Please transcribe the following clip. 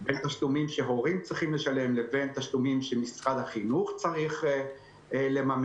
בין תשלומים שהורים צריכים לשלם לבין תשלומים שמשרד החינוך צריך לממן,